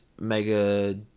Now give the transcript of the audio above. mega